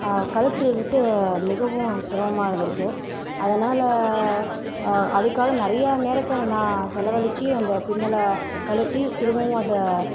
கழட்டுறதுக்கு மிகவும் சிரமமாக இருந்திருக்கு அதனால் அதுக்காக நிறையா நேரத்தை நான் செலவழிச்சி அந்த பின்னலை கழட்டி திரும்பவும் அதை